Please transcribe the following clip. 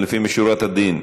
לפנים משורת הדין,